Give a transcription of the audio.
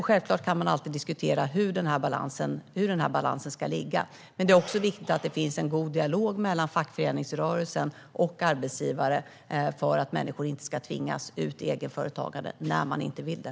Självklart kan man alltid diskutera hur balansen ska se ut, men det är också viktigt att det finns en god dialog mellan fackföreningsrörelsen och arbetsgivare för att människor inte ska tvingas ut i egenföretagande om de inte vill det.